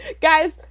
Guys